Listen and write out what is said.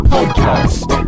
Podcast